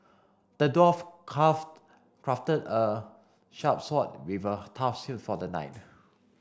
the dwarf craft crafted a sharp sword tough shield for the knight